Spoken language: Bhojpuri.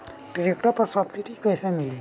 ट्रैक्टर पर सब्सिडी कैसे मिली?